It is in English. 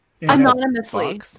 Anonymously